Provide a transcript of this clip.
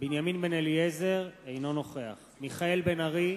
בנימין בן-אליעזר, אינו נוכח מיכאל בן-ארי,